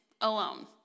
alone